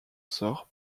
sort